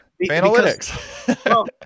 Analytics